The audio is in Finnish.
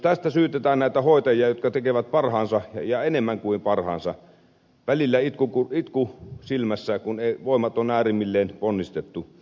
tästä syytetään näitä hoitajia jotka tekevät parhaansa ja enemmän kuin parhaansa välillä itku silmässä kun voimat on äärimmilleen ponnistettu